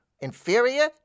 inferior